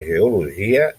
geologia